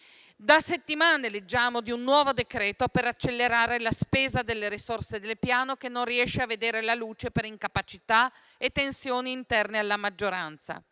Da settimane leggiamo di un nuovo decreto per accelerare la spesa delle risorse del Piano che non riesce a vedere la luce per incapacità e tensioni interne alla maggioranza.